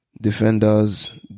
defenders